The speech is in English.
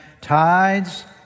Tides